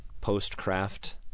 post-craft